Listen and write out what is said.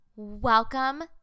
Welcome